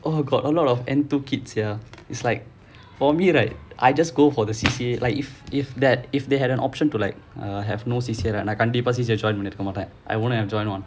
oh got a lot of enthusiastic kids sia it's like for me right I just go for the C_C_A like if if that if they had an option to like err have no C_C_A right நான் கண்டிப்பா:naan kandippaa C_C_A join பண்ணி இருக்க மாட்டேன்:panni irukka maattaen I won't have joined [one]